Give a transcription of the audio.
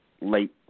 late